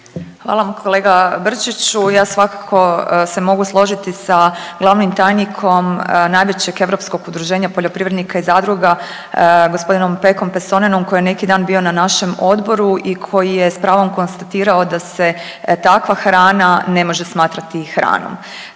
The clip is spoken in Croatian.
Hvala vam kolega Brčiću. Ja svakako se mogu složiti sa glavnim tajnikom najvećeg europskog udruženja poljoprivrednika i zadruga g. Pekkom Personenom koji je neki dan bio na našem odboru i koji je s pravom konstatirao da se takva hrana ne može smatrati hranom